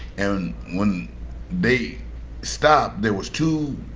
and when they stopped, there was two